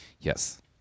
Yes